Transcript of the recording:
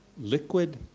liquid